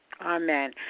Amen